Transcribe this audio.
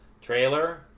trailer